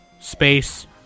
space